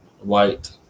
white